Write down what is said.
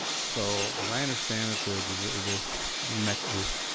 so as i understand it the deserve this mecha this